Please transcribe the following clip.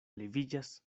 leviĝas